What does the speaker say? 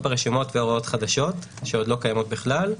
נכון?